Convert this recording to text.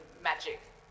magic